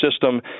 system